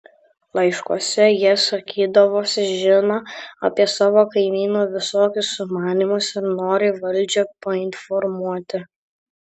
laiškuose jie sakydavosi žiną apie savo kaimynų visokius sumanymus ir norį valdžią painformuoti